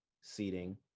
seating